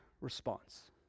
response